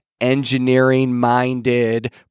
engineering-minded